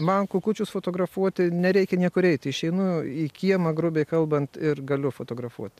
man kukučius fotografuoti nereikia niekur eiti išeinu į kiemą grubiai kalbant ir galiu fotografuoti